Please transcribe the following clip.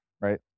Right